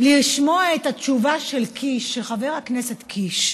לשמוע את התשובה של קיש, של חבר הכנסת קיש,